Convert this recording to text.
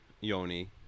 Yoni